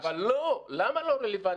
למה לא רלוונטי?